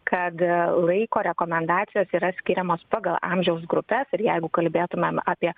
kad laiko rekomendacijos yra skiriamos pagal amžiaus grupes ir jeigu kalbėtumėm apie